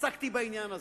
עסקתי בעניין הזה: